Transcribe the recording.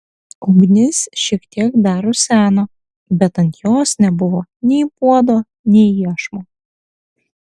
ugnis šiek tiek dar ruseno bet ant jos nebuvo nei puodo nei iešmo